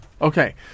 Okay